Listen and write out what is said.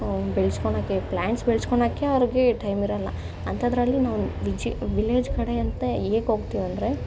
ಬೆಳ್ಸ್ಕೊಳ್ಳೋಕ್ಕೆ plants ಬೆಳ್ಸ್ಕೊಳ್ಳೋಕ್ಕೆ ಅವ್ರಿಗೆ ಟೈಮಿರಲ್ಲ ಅಂಥದ್ರಲ್ಲಿ ನಾವು ವಿಜಿ ವಿಲೇಜ್ ಕಡೆ ಅಂತಲೇ ಏಕೆ ಹೋಗ್ತೀವೆಂದ್ರೆ